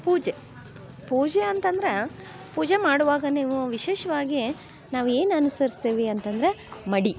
ಪೂಜೆ ಪೂಜೆ ಅಂತ ಅಂದ್ರೆ ಪೂಜೆ ಮಾಡುವಾಗ ನೀವು ವಿಶೇಷವಾಗಿ ನಾವು ಏನು ಅನ್ಸರಿಸ್ತೀವಿ ಅಂತಂದರೆ ಮಡಿ